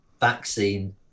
vaccine